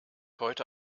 heute